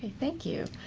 thank you.